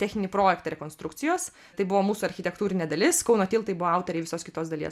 techninį projektą rekonstrukcijos tai buvo mūsų architektūrinė dalis kauno tiltai buvo autoriai visos kitos dalies